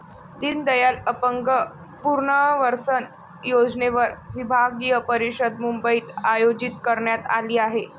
दीनदयाल अपंग पुनर्वसन योजनेवर विभागीय परिषद मुंबईत आयोजित करण्यात आली आहे